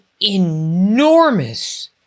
enormous